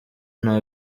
nta